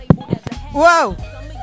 Whoa